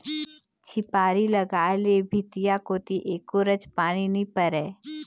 झिपारी लगाय ले भीतिया कोती एको रच पानी नी परय